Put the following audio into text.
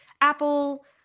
Apple